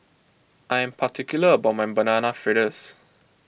I am particular about my Banana Fritters